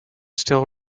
still